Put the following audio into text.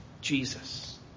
Jesus